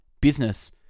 business